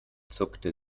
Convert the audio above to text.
zuckte